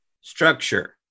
structure